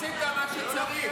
--- לא לוקח.